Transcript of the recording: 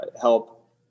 help